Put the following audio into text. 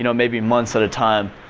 you know maybe months at a time.